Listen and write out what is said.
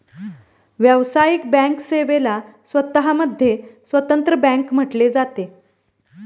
व्यावसायिक बँक सेवेला स्वतः मध्ये स्वतंत्र बँक म्हटले जाते